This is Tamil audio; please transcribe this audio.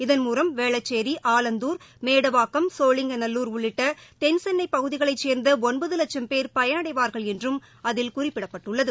இதன்மூலம் வேளச்சேி ஆலந்தார் மேடவாக்கம் சோழிங்கநல்லூர் உள்ளிட்ட தெள்சென்னை பகுதிகளைச் சேர்ந்த ஒன்பது லட்சம் பேர் பயனடைவார்கள் என்றும் அதில் குறிப்பிடப்பட்டுள்ளது